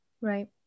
Right